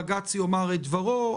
בג"ץ יאמר את דברו,